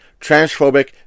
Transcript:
transphobic